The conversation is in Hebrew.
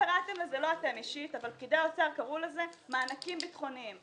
פקידי משרד האוצר קראו לזה "מענקים ביטחוניים".